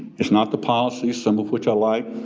it's not the policy, some of which i like,